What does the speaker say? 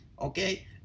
Okay